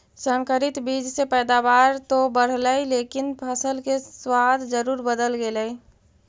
संकरित बीज से पैदावार तो बढ़लई लेकिन फसल के स्वाद जरूर बदल गेलइ